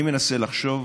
אני מנסה לחשוב: